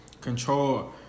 control